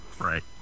Right